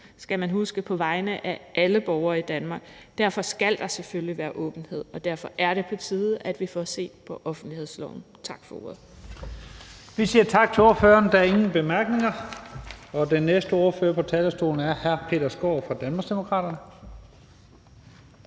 skal man huske – på vegne af alle borgere i Danmark. Derfor skal der selvfølgelig være åbenhed, og derfor er det på tide, at vi får set på offentlighedsloven. Tak for ordet. Kl. 12:19 Første næstformand (Leif Lahn Jensen): Vi siger tak til ordføreren. Der er ingen korte bemærkninger. Den næste ordfører på talerstolen er hr. Peter Skaarup fra Danmarksdemokraterne.